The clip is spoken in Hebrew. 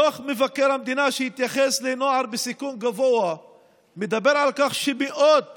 דוח מבקר המדינה שהתייחס לנוער בסיכון גבוה מדבר על כך שמאות